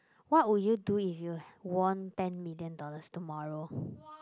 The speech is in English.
what would you do if you won ten million dollars tomorrow